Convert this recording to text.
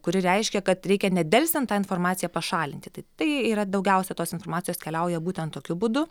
kuri reiškia kad reikia nedelsiant tą informaciją pašalinti tai yra daugiausia tos informacijos keliauja būtent tokiu būdu